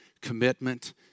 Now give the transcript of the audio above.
commitment